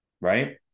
right